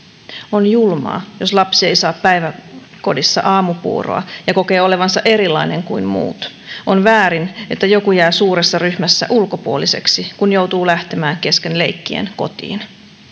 on julmaa jos lapsi ei saa päiväkodissa aamupuuroa ja kokee olevansa erilainen kuin muut on väärin että joku jää suuressa ryhmässä ulkopuoliseksi kun joutuu lähtemään kesken leikkien kotiin